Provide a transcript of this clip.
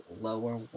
lower